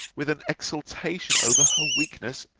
with an exultation over her weakness,